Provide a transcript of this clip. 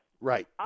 Right